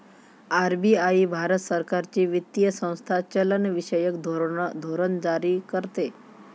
RBI Bharat सरकारची वित्तीय संस्था चलनविषयक धोरण जारी करते